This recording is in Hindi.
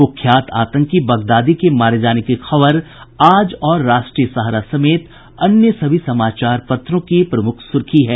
कुख्यात आतंकी बगदादी के मारे जाने की खबर आज और राष्ट्रीय सहारा समेत अन्य सभी समाचार पत्रों की प्रमुख सुर्खी है